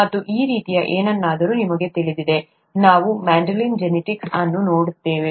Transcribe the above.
ಮತ್ತು ಈ ರೀತಿಯ ಏನಾದರೂ ನಿಮಗೆ ತಿಳಿದಿದೆ ನಾವು ಮೆಂಡೆಲಿಯನ್ ಜೆನೆಟಿಕ್ಸ್ ಅನ್ನು ನೋಡುತ್ತೇವೆ